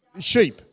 sheep